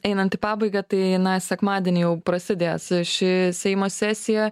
einant į pabaigą tai na sekmadienį jau prasidės ši seimo sesija